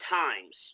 times